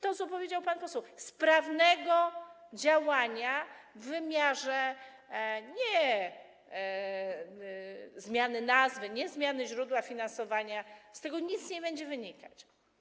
To, co powiedział pan poseł: sprawnego działania, ale w wymiarze nie zmiany nazwy, nie zmiany źródła finansowania, bo z tego nic nie będzie wynikać.